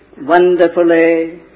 wonderfully